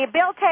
Bill